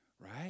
right